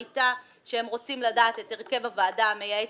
הייתה שהם רוצים לדעת מראש את הרכב הוועדה המייעצת,